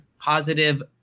positive